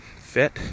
fit